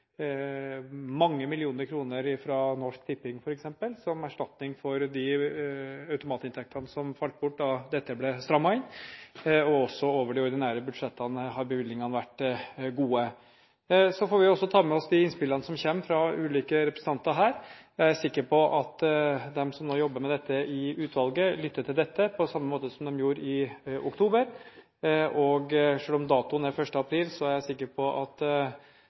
mange millioner kroner fra Norsk Tipping f.eks. som erstatning for de automatinntektene som falt bort da dette ble strammet inn. Også over de ordinære budsjettene har bevilgningene vært gode. Så får vi også ta med oss de innspillene som kommer fra ulike representanter her. Jeg er sikker på at de som jobber med dette i utvalget, lytter til dette på samme måte som de gjorde i oktober. Selv om datoen er 1. april, er jeg sikker på at